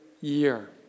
year